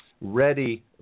ready